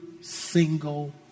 single